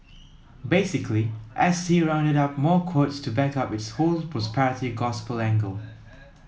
basically S T rounded up more quotes to back up its whole prosperity gospel angle